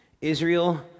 Israel